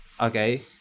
okay